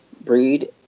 breed